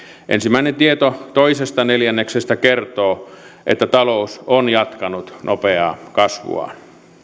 ensimmäinen tieto toisesta neljänneksestä kertoo että talous on jatkanut nopeaa kasvuaan